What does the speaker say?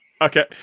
Okay